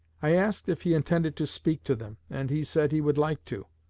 i asked if he intended to speak to them, and he said he would like to.